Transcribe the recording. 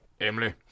Emily